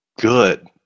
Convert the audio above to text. good